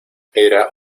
era